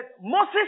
Moses